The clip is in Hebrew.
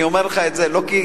אני אומר לך זאת כי,